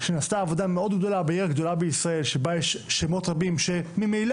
שנעשתה עבודה מאוד גדולה בעיר גדולה בישראל שבה יש שמות רבים שממילא,